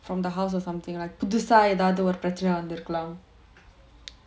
from the house or something like புதுசா எதாவது ஒரு பிரச்னை வந்துருக்கலாம்:puthusaa ethaavathu oru pirachanai vanthurukalaam